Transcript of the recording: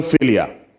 failure